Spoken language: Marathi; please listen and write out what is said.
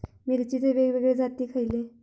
मिरचीचे वेगवेगळे जाती खयले?